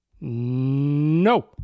No